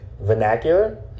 vernacular